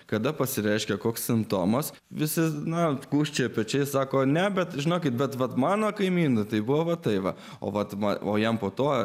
kada pasireiškia koks simptomas visą naktį gūžčioja pečiais sako ne bet žinokit bet vat mano kaimyną tai buvo tai va o vat man o jam po to